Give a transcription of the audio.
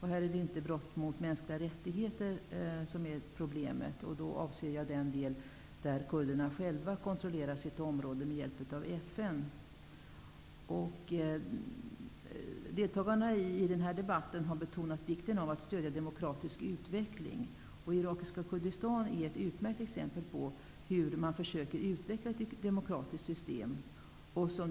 Här är det inte brott mot de mänskliga rättigheterna som är problemet. Då avser jag den del av landet där kurderna med hjälp av FN själva kontrollerar området. Deltagarna i den här debatten har betonat vikten av att stödja demokratisk utveckling. Irakiska Kurdistan är ett utmärkt exempel på ett försök att utveckla ett demokratiskt system.